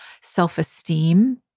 self-esteem